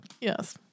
Yes